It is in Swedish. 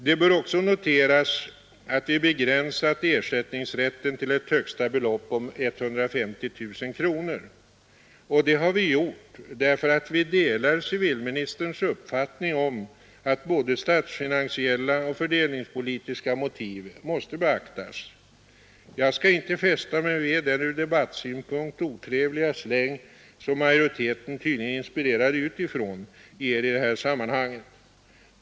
Det bör också noteras att vi begränsat ersättningsrätten till ett högsta belopp om 150 000 kronor. Det har vi gjort därför att vi delar civilministerns uppfattning att både statsfinansiella och fördelningspolitiska motiv måste beaktas. Jag skall inte fästa mig vid den ur debattsynpunkt otrevliga släng som majoriteten — tydligen inspirerad utifrån — ger i det här sammanhanget.